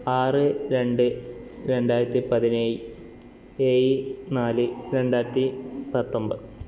ആറ് രണ്ട് രണ്ടായിരത്തിപ്പതിനേഴ് ഏഴ് നാല് രണ്ടായിരത്തിപ്പത്തൊമ്പത്